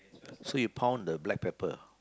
so you pound the black pepper